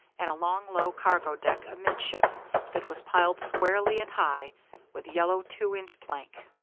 and a long, low, cargo deck amidships that was piled squarely and high with yellow two-inch plank.